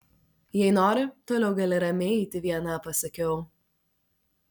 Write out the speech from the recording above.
jei nori toliau gali ramiai eiti viena pasakiau